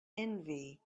envy